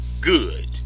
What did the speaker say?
good